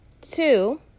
Two